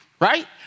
right